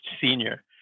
senior